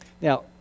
Now